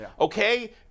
okay